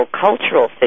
cultural